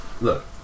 Look